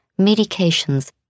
medications